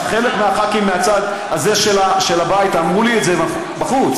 חלק מהח"כים מהצד הזה של הבית אמרו לי את זה בחוץ.